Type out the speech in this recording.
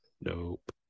nope